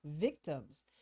victims